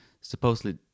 supposedly